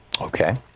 Okay